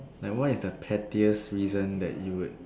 like what is the pettiest reason that you would